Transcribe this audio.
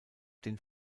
den